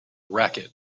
racket